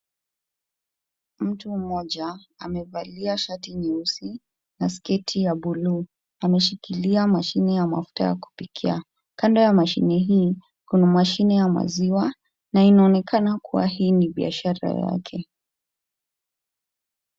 Mtu mmoja amevalia shati nyeusi na sketi ya buluu . Ameshikilia mashine ya mafuta ya kupikia. Kando ya mashine hii kuna mashine ya maziwa na inaonekana kuwa hii ni biashara yake.